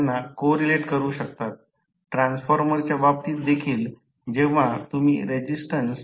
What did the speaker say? आता आणि wound rotor case सह नंतर सर्किट आकृतीमध्ये स्टेटर वरील समान प्रमाणे 3 फेज विंडिंग आहे